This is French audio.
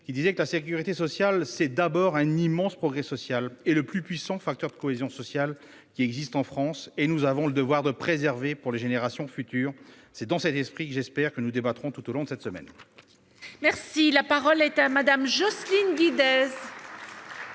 Veil :« La sécurité sociale [...], c'est d'abord un immense progrès social et le plus puissant facteur de cohésion sociale qui existe en France ; nous avons le devoir de la préserver pour les générations futures. » C'est dans cet esprit, je l'espère, que nous débattrons tout au long de cette semaine. La parole est à Mme Jocelyne Guidez.